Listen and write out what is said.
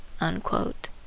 unquote